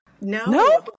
No